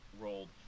rolled